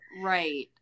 Right